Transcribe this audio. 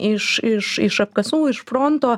iš iš iš apkasų iš fronto